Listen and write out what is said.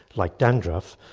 like dandruff,